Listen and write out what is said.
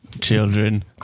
children